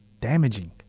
damaging